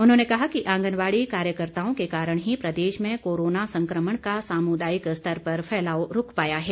उन्होंने कहा कि आंगनबाड़ी कार्यकर्ताओं के कारण ही प्रदेश में कोरोना संकमण का सामुदायिक स्तर पर फैलाव रूक पाया है